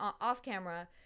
off-camera